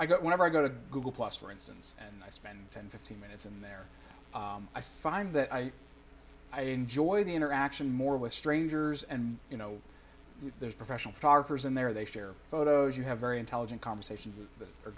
i got whenever i go to google plus for instance and i spend ten fifteen minutes in there i find that i i enjoy the interaction more with strangers and you know there's professional photographers in there they share photos you have very intelligent conversations